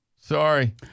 Sorry